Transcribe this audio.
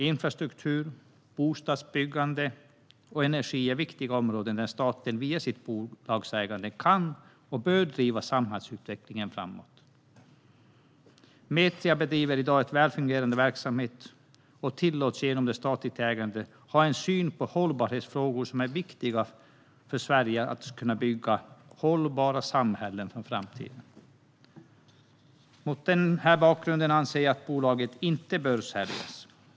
Infrastruktur, bostadsbyggande och energi är viktiga områden där staten via sitt bolagsägande kan och bör driva samhällsutvecklingen framåt. Metria bedriver i dag en väl fungerande verksamhet och tillåts genom det statliga ägandet att ha en syn på hållbarhetsfrågor som är viktig för att Sverige ska kunna bygga hållbara samhällen för framtiden. Mot denna bakgrund anser jag att bolaget inte bör säljas.